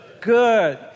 good